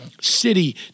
city